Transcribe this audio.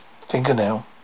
fingernail